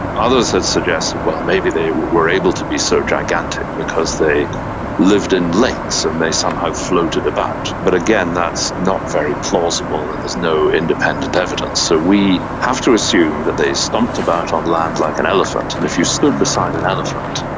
others have suggested, well, maybe they were able to be so gigantic because they lived in lakes and they somehow floated about. but again, that's not very plausible and there is no independent evidence. so we have to assume that they stomped about on land like an elephant, and if you stood beside an elephant,